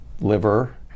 Liver